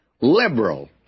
liberal